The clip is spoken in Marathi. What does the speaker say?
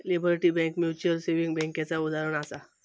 लिबर्टी बैंक म्यूचुअल सेविंग बैंकेचा उदाहरणं आसा